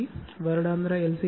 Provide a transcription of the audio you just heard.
C வருடாந்திர L